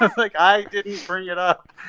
ah like, i didn't bring it up